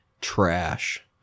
Trash